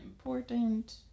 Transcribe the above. Important